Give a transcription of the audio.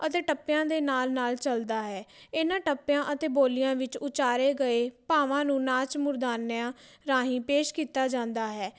ਅਤੇ ਟੱਪਿਆਂ ਦੇ ਨਾਲ ਨਾਲ ਚੱਲਦਾ ਹੈ ਇਹਨਾਂ ਟੱਪਿਆਂ ਅਤੇ ਬੋਲੀਆਂ ਵਿੱਚ ਉਚਾਰੇ ਗਏ ਭਾਵਾਂ ਨੂੰ ਨਾਚ ਮੁਰਦਾਨਿਆ ਰਾਹੀਂ ਪੇਸ਼ ਕੀਤਾ ਜਾਂਦਾ ਹੈ